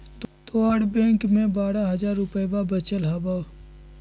तोहर बैंकवा मे बारह हज़ार रूपयवा वचल हवब